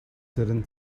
siren